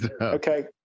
Okay